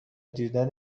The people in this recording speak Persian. دیدن